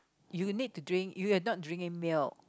you need to drink you're not drinking milk